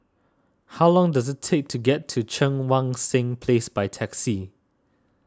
how long does it take to get to Cheang Wan Seng Place by taxi